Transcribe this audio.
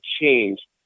change